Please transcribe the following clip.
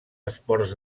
esports